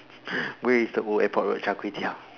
where is the old airport road Char-Kway-Teow